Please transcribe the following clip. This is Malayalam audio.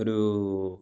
ഒരു